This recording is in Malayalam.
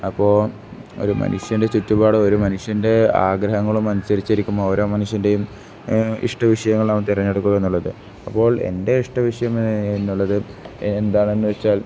അപ്പോൾ ഒരു മനുഷ്യൻ്റെ ചുറ്റുപാടും ഒരു മനുഷ്യൻ്റെ ആഗ്രഹങ്ങളും അനുസരിച്ചിരിക്കുമ്പോൾ ഓരോ മനുഷ്യൻ്റെയും ഇഷ്ടവിഷയങ്ങൾ അവ തിരഞ്ഞെടുക്കുക എന്നുള്ളത് അപ്പോൾ എൻ്റെ ഇഷ്ടവിഷയം എന്നുള്ളത് എന്താണെന്ന് വെച്ചാൽ